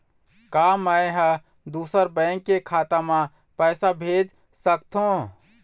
का मैं ह दूसर बैंक के खाता म पैसा भेज सकथों?